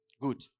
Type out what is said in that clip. Good